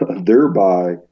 thereby